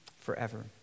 forever